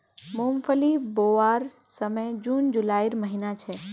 मूंगफली बोवार समय जून जुलाईर महिना छे